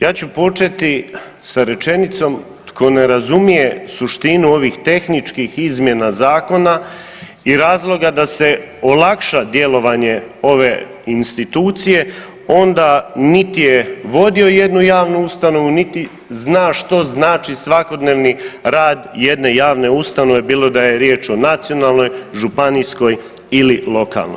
Ja ću početi sa rečenicom „tko ne razumije suštinu ovih tehničkih izmjena zakona i razloga da se olakša djelovanje ove institucije onda nit je vodio jednu javnu ustanovu, niti zna što znači svakodnevni rad jedne javne ustanove, bilo da je riječ o nacionalnoj, županijskoj ili lokalnoj“